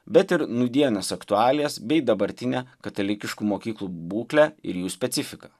bet ir nūdienes aktualijas bei dabartinę katalikiškų mokyklų būklę ir jų specifiką